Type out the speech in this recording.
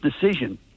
decision